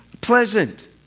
pleasant